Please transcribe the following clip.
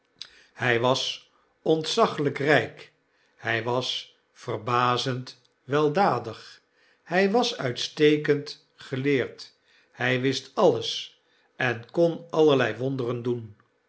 hij was ontzaglijk ryk hij was verbazend weldadig hij was uitstekend geleerd hij wist alles en kon allerlei wonderen doen